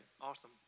Awesome